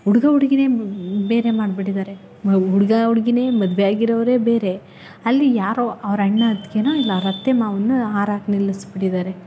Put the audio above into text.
ಹುಡ್ಗ ಹುಡ್ಗಿನೆ ಬೇರೆ ಮಾಡ್ಬಿಟ್ಟಿದ್ದಾರೆ ಹುಡ್ಗ ಹುಡುಗಿನೆ ಮದುವೆ ಆಗಿರೋರೆ ಬೇರೆ ಅಲ್ಲಿ ಯಾರೋ ಅವ್ರ ಅಣ್ಣ ಅತ್ತಿಗೇನೊ ಇಲ್ಲ ಅವ್ರ ಅತ್ತೆ ಮಾವನ್ನೋ ಹಾರ ಹಾಕಿ ನಿಲ್ಲಿಸ್ಬಿಟ್ಟಿದ್ದಾರೆ